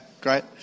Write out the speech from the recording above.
great